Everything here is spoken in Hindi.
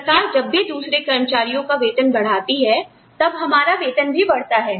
सरकार जब भी दूसरे कर्मचारियों का वेतन बढ़ाती है तब हमारा वेतन भी बढ़ता है